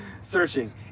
searching